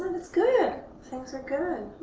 it's good. things are good.